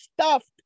stuffed